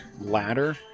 ladder